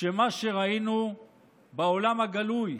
כשמה שראינו בעולם הגלוי,